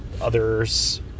others